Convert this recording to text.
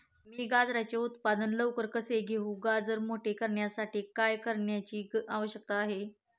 मी गाजराचे उत्पादन लवकर कसे घेऊ? गाजर मोठे करण्यासाठी काय करण्याची आवश्यकता आहे?